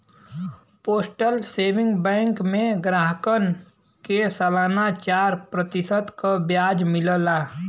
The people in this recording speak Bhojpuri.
पोस्टल सेविंग बैंक में ग्राहकन के सलाना चार प्रतिशत क ब्याज मिलला